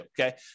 okay